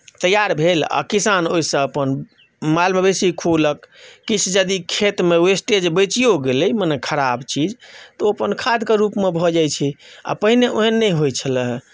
तैआर भेल आ किसान ओहिसँ अपन माल मवेशीके खुअओलक किछु यदि खेतमे वेस्टेज बचियो गेलै मने खराब चीज तऽ ओ अपन खादके रूपमे भऽ जाइत छै आ पहिने ओहन नहि होइत छलए हे